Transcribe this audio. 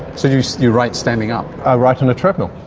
so do you write standing up? i write on a treadmill.